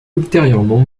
ultérieurement